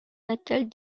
natale